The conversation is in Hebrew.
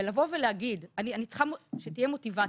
אני צריכה שתהיה מוטיבציה,